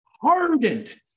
hardened